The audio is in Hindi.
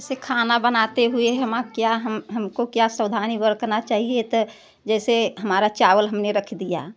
जैसे खाना बनाते हुए हम आप हमको क्या सावधानी बरतनी चाहिए त जैसे हमारा चावल हमने रख दिया